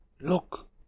Look